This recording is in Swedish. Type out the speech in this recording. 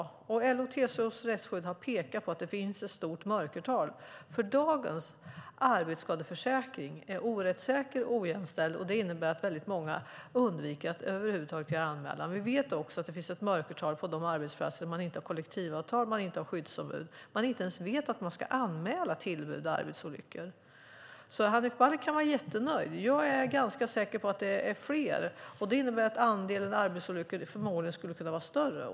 LO-TCO Rättsskydd har pekat på att det finns ett stort mörkertal då dagens arbetsskadeförsäkring inte är rättssäker och inte jämställd, vilket innebär att många undviker att anmäla. Vi vet också att det finns ett mörkertal på de arbetsplatser där man inte har kollektivavtal och skyddsombud och inte ens vet att man ska anmäla tillbud och arbetsolyckor. Hanif Bali kan vara jättenöjd, men jag är ganska säker på att det är fler. Det innebär att andelen arbetsolyckor skulle kunna vara större.